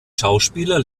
schauspieler